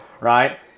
right